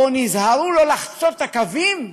או נזהרו שלא לחצות את הקווים,